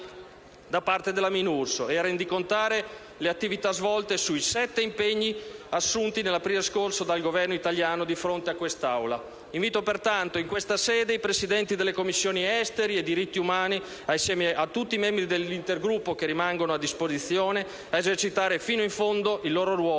da parte della Minurso e a rendicontare le attività svolte sui sette impegni assunti nell'aprile scorso dal Governo italiano di fronte a quest'Aula. Invito pertanto in questa sede i Presidenti della Commissioni esteri e diritti umani, assieme ai membri dell'Intergruppo, che rimangono a disposizione, a esercitare fino in fondo il loro ruolo